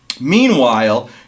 Meanwhile